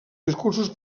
discursos